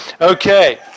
Okay